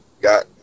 got